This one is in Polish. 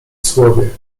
słowie